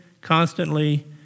constantly